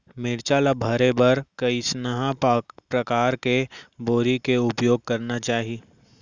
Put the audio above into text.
मिरचा ला भरे बर कइसना परकार के बोरी के उपयोग करना चाही?